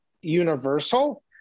universal